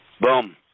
Boom